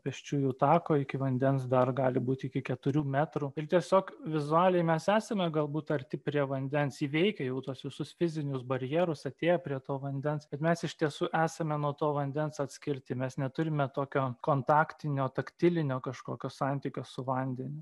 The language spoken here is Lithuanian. pėsčiųjų tako iki vandens dar gali būti iki keturių metrų ir tiesiog vizualiai mes esame galbūt arti prie vandens įveikę jau tuos visus fizinius barjerus atėję prie to vandens kad mes iš tiesų esame nuo to vandens atskirti mes neturime tokio kontaktinio taktilinio kažkokio santykio su vandeniu